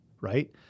right